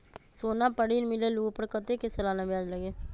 सोना पर ऋण मिलेलु ओपर कतेक के सालाना ब्याज लगे?